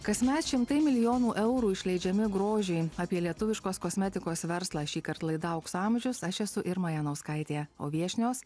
kasmet šimtai milijonų eurų išleidžiami grožiui apie lietuviškos kosmetikos verslą šįkart laida aukso amžius aš esu irma janauskaitė o viešnios